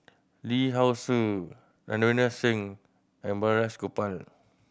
Lee how Ser Ravinder Singh and Balraj Gopal